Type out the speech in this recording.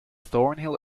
thornhill